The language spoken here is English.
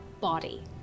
body